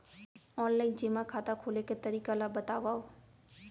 Online जेमा खाता खोले के तरीका ल बतावव?